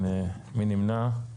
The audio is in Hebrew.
מי נמנע?